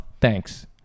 thanks